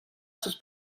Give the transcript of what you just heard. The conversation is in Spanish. sus